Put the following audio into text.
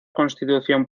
constitución